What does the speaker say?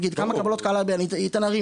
היום